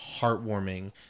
heartwarming